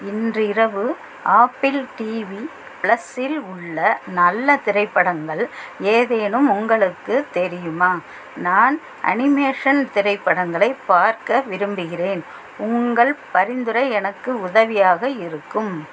இன்று இரவு Apple TV plus இல் உள்ள நல்ல திரைப்படங்கள் ஏதேனும் உங்களுக்குத் தெரியுமா நான் அனிமேஷன் திரைப்படங்களை பார்க்க விரும்புகிறேன் உங்கள் பரிந்துரை எனக்கு உதவியாக இருக்கும்